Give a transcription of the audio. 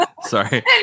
Sorry